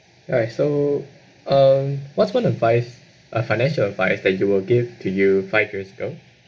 alright so um what's one advice a financial advice that you will give to you five years ago